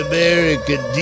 American